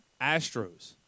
Astros